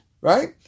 Right